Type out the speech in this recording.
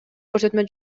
көрсөтмө